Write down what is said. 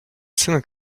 syn